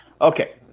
Okay